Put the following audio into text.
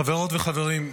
חברות וחברים,